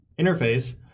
interface